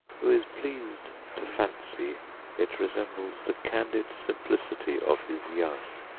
who is pleased to fancy it resembles the candid simplicity of his young.